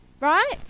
right